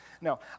No